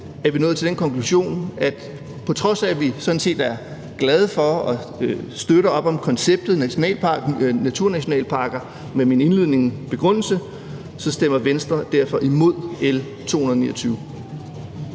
er vi nået til den konklusion, at på trods af, at vi sådan set er glade for og støtter op om konceptet naturnationalparker med min indledende begrundelse, stemmer Venstre imod L 229.